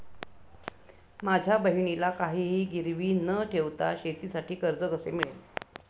माझ्या बहिणीला काहिही गिरवी न ठेवता शेतीसाठी कर्ज कसे मिळेल?